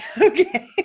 okay